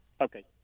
Okay